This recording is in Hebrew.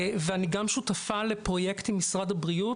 ואני גם שותפה עם לפרויקטים של משרד הבריאות,